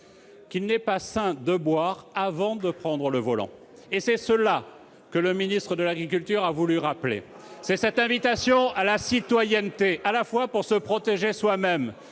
qu'il n'est pas sain de boire avant de prendre le volant. C'est cela que le ministre de l'agriculture a voulu rappeler. C'est une invitation à la citoyenneté, non seulement pour se protéger soi-même,